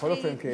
בכל אופן,